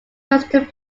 resting